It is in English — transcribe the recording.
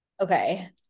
Okay